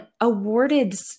awarded